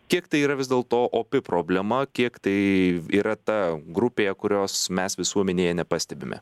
kiek tai yra vis dėlto opi problema kiek tai yra ta grupė kurios mes visuomenėje nepastebime